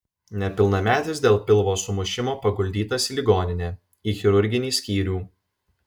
nepilnametis dėl pilvo sumušimo paguldytas į ligoninę į chirurginį skyrių